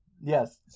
yes